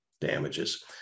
damages